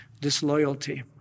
disloyalty